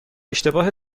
اشتباه